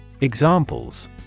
Examples